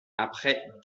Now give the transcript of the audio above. après